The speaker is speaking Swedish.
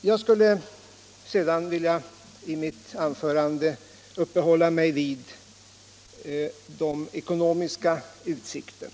Jag övergår därmed till mer näraliggande problem, dvs. den ekonomiska politiken.